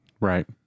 Right